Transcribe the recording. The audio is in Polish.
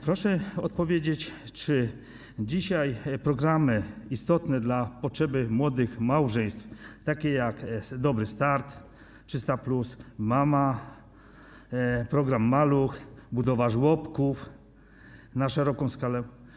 Proszę odpowiedzieć, czy dzisiaj programy istotne dla potrzeb młodych małżeństw, takie jak „Dobry start”, 300+, „Mama”, „Maluch”, budowa żłobków na szeroką skalę.